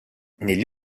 negli